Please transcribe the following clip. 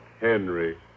Henry